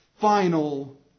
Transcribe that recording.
final